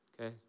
Okay